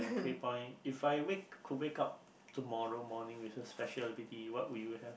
three point if I wake could wake up tomorrow morning with a special ability what would you have